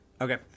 okay